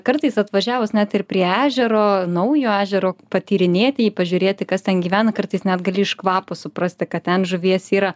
kartais atvažiavus net ir prie ežero naujo ežero patyrinėti jį pažiūrėti kas ten gyvena kartais net gali iš kvapo suprasti kad ten žuvies yra